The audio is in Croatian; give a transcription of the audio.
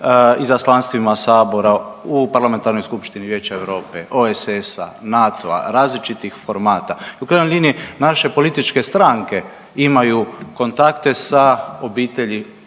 izaslanstvima sabora u Parlamentarnoj skupštini Vijeća Europe, OSS-a, NATO-a različitih formata, u krajnjoj liniji naše političke stranke imaju kontakte sa obitelji